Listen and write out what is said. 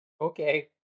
Okay